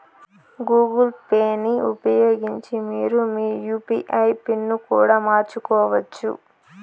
Google పేని ఉపయోగించి మీరు మీ యూ.పీ.ఐ పిన్ ని కూడా మార్చుకోవచ్చు